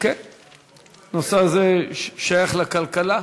הנושא הזה שייך לכלכלה.